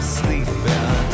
sleeping